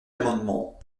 amendement